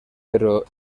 pero